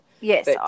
Yes